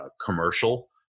commercial